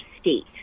state